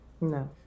No